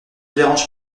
dérange